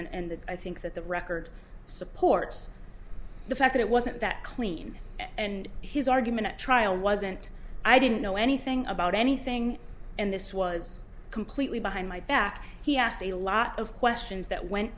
that i think that the record supports the fact that it wasn't that clean and his argument at trial wasn't i didn't know anything about anything and this was completely behind my back he asked a lot of questions that went